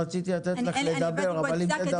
רציתי לתת לך לדבר אבל אם תדברי ככה,